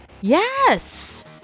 Yes